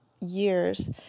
years